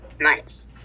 nice